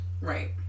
Right